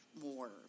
more